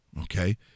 okay